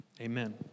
Amen